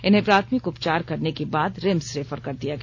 इन्हें प्राथमिक उपचार करने के बाद रिम्स रेफर कर दिया गया